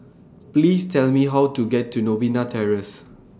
Please Tell Me How to get to Novena Terrace